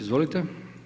Izvolite.